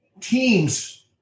teams